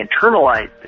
internalize